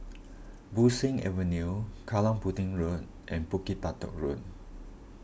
Bo Seng Avenue Kallang Pudding Road and Bukit Batok Road